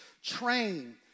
train